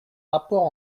rapport